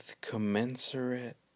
Commensurate